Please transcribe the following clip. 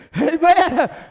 Amen